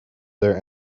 there